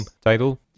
title